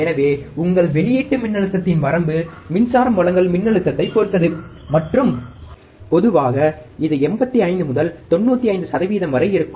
எனவே உங்கள் வெளியீட்டு மின்னழுத்தத்தின் வரம்பு மின்சாரம் வழங்கல் மின்னழுத்தத்தைப் பொறுத்தது மற்றும் பொதுவாக இது 85 முதல் 95 சதவீதம் வரை இருக்கும்